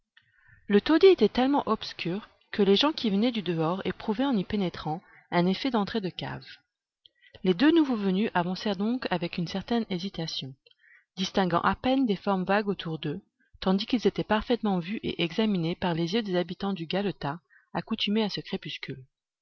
le taudis était tellement obscur que les gens qui venaient du dehors éprouvaient en y pénétrant un effet d'entrée de cave les deux nouveaux venus avancèrent donc avec une certaine hésitation distinguant à peine des formes vagues autour d'eux tandis qu'ils étaient parfaitement vus et examinés par les yeux des habitants du galetas accoutumés à ce crépuscule